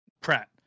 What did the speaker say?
Pratt